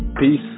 Peace